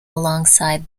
alongside